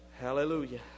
Hallelujah